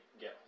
get